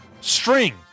string